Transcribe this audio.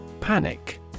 Panic